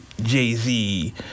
Jay-Z